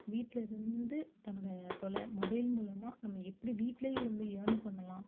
வீட்டில் இருந்து தன்னோடய தொலை மொபைல் மூலமாக நம்ம எப்படி வீட்லையே இருந்து ஏர்ன் பண்ணலாம்